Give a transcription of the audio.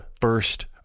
first